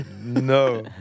No